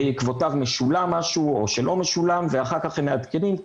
בעקבותיו משולם משהו או שלא משולם ואחר כך הם מעדכנים,